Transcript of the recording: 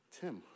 Tim